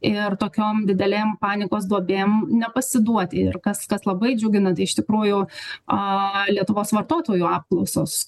ir tokiom didelėm panikos duobėm nepasiduoti ir kas kas labai džiugina tai iš tikrųjų aaa lietuvos vartotojų apklausos